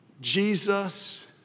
Jesus